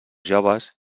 joves